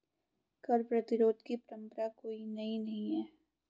कर प्रतिरोध की परंपरा कोई नई नहीं है